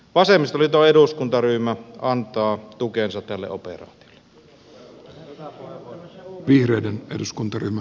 vasemmistoliiton eduskuntaryhmä antaa tukensa tälle operaatiolle